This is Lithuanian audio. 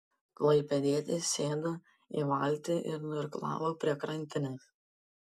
klaipėdietis sėdo į valtį ir nuirklavo prie krantinės